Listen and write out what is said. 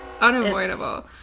unavoidable